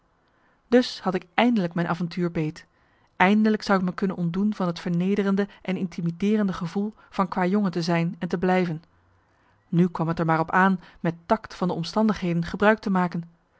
dus had ik eindelijk mijn avontuur beet eindelijk zou ik me kunnen ontdoen van het vernederende en intimideerende gevoel van kwajongen te zijn en te blijven nu kwam het er maar op aan met takt van de omstandigheden gebruik te maken